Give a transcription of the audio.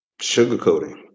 sugarcoating